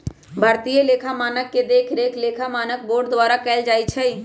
भारतीय लेखा मानक के देखरेख लेखा मानक बोर्ड द्वारा कएल जाइ छइ